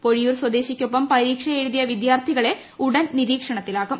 പൊഴിയൂർ സ്വദേശിക്കൊപ്പം പരീക്ഷ എഴുതിയ വിദ്യാർത്ഥികളെ ഉടൻ നിരീക്ഷണത്തിലാക്കും